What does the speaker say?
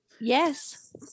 Yes